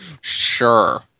Sure